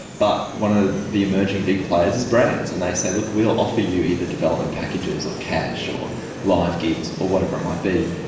but one of ah the emerging big players is brands, and they say, look, we'll offer you either development packages or cash or live gigs or whatever it might be,